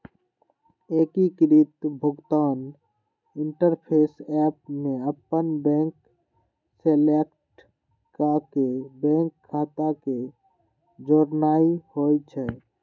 एकीकृत भुगतान interface app में अप्पन बैंक सेलेक्ट क के बैंक खता के जोड़नाइ होइ छइ